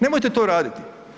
Nemojte to raditi.